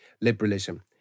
liberalism